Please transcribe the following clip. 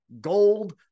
gold